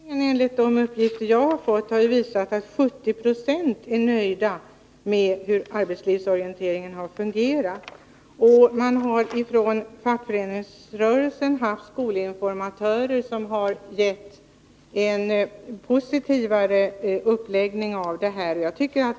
Herr talman! Enligt de uppgifter som jag har fått från utvärderingen har det visat sig att 70 20 är nöjda med det sätt som arbetslivsorienteringen har fungerat på. Vidare har skolinformatörer från fackföreningsrörelsen givit en positivare bild av arbetslivsorienteringen.